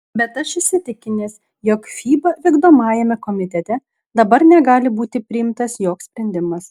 bet aš įsitikinęs jog fiba vykdomajame komitete dabar negali būti priimtas joks sprendimas